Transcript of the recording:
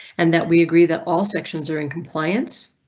and that we agree that all sections are in compliance.